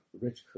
rich